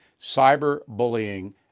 cyberbullying